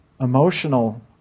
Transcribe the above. emotional